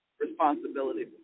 Responsibility